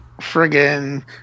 friggin